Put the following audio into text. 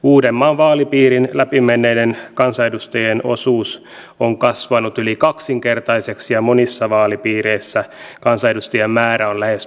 uudenmaan vaalipiirin läpimenneiden kansanedustajien osuus on kasvanut yli kaksinkertaiseksi ja monissa vaalipiireissä kansanedustajien määrä on lähes puolittunut